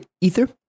ether